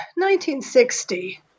1960